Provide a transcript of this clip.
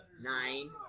nine